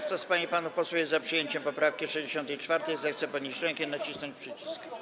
Kto z pań i panów posłów jest za przyjęciem poprawki 64., zechce podnieść rękę i nacisnąć przycisk.